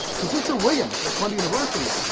patricia williams at columbia university,